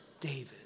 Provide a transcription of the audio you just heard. David